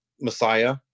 Messiah